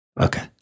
Okay